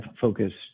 focused